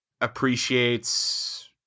appreciates